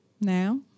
now